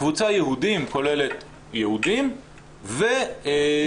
הקבוצה יהודים כוללת יהודים ולא ידוע,